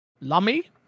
Lummy